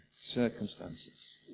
circumstances